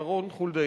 מר רון חולדאי,